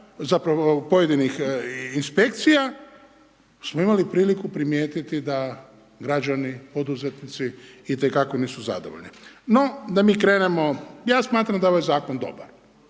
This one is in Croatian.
zapravo pojedinih inspekcija smo imali priliku primijetiti da građani, poduzetnici itekako oni su zadovoljni. No da mi krenemo, ja smatram da je ovaj zakon dobra